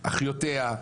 אחיותיה,